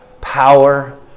power